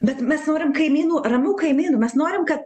bet mes norim kaimynų ramių kaimynų mes norim kad